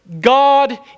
God